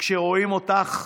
כשרואים אותך,